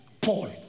Paul